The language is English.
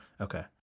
Okay